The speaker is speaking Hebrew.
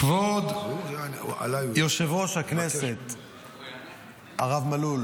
כבוד יושב-ראש הישיבה הרב מלול